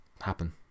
happen